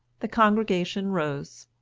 the congregation rose.